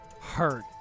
hurt